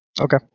Okay